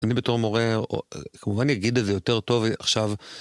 אני בתור מורה, כמובן אגיד את זה יותר טוב עכשיו.